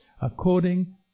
according